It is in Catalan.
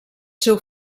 seu